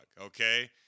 okay